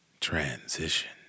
Transition